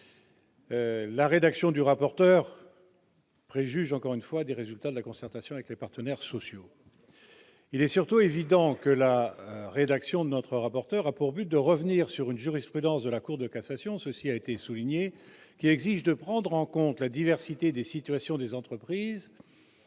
La rédaction du rapporteur. Préjuge encore une fois des résultats de la concertation avec les partenaires sociaux, il est surtout évident que la rédaction de notre rapporteur, a pour but de revenir sur une jurisprudence de la Cour de cassation, ceci a été souligné qui exige de prendre en compte la diversité des situations des entreprises